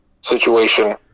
Situation